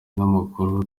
n’amakuru